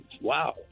wow